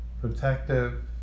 protective